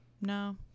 no